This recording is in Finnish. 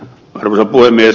arvoisa puhemies